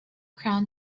crown